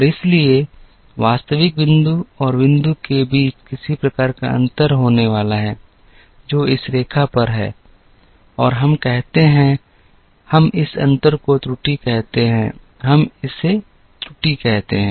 और इसलिए वास्तविक बिंदु और बिंदु के बीच किसी प्रकार का अंतर होने वाला है जो इस रेखा पर है और हम कहते हैं हम इस अंतर को त्रुटि कहते हैं हम इसे त्रुटि कहते हैं